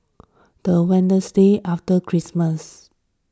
the Wednesday after Christmas